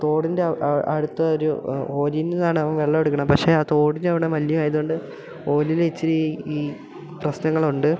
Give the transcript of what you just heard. തോടിൻ്റെ അടുത്ത ഒരു ഓലി നിന്നാണ് അവൻ വെള്ളം എടുക്കണത് പക്ഷേ ആ തോടിൻ്റെ അവിടെ മലിനം ആയത് കൊണ്ട് ഓലിലെ ഇച്ചിരി ഈ പ്രശ്നങ്ങൾ ഉണ്ട്